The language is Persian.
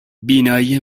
بینایی